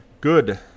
Good